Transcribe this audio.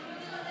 מצביעים בעד.